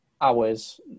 hours